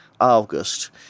August